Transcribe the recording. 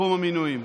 בתחום המינויים.